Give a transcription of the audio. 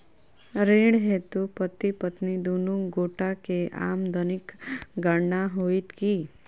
ऋण हेतु पति पत्नी दुनू गोटा केँ आमदनीक गणना होइत की?